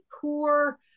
poor